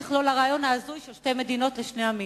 בטח לא לרעיון ההזוי של שתי מדינות לשני עמים.